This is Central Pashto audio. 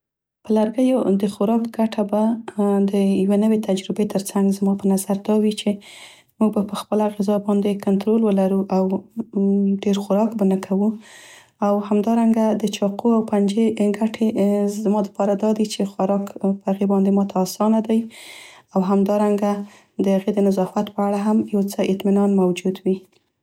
په لرګیو د خوراک ګټه به د یو نوی تجربې ترڅنګ زما په نظر دا وي چې موږ به په خپل غذا باندې کنترول ولرو او ډیر خوراک به نه کوو. او همدارنګه د چاقو او پنجې ګټې زما لپاره دا دي چې خوراک په هغې باندې ماته اسانه دی او همدارنګه د هغې د نظافت په اړه هم یو څه اطمینان موجود وي.